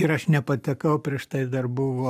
ir aš nepatekau prieš tai dar buvo